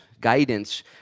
guidance